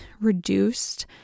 reduced